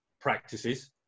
practices